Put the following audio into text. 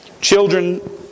children